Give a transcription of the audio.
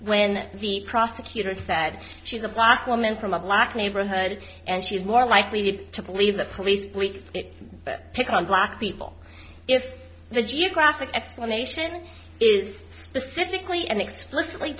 when the prosecutor said she's a black woman from a black neighborhood and she's more likely to believe the police believe it but pick on black people if the geographic explanation is specifically and explicitly